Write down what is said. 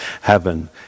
heaven